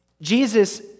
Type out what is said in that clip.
Jesus